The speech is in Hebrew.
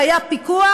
והיה פיקוח,